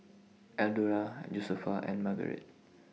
Eldora Josefa and Margarett